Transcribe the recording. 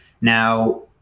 now